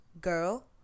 girl